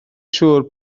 siŵr